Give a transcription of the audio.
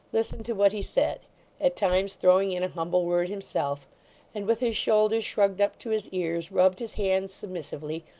listened to what he said at times throwing in a humble word himself and, with his shoulders shrugged up to his ears, rubbed his hands submissively,